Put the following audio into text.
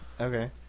okay